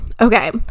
Okay